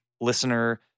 listener